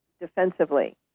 defensively